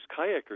kayakers